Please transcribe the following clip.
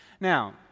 Now